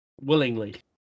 willingly